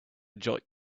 enjoyed